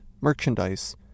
merchandise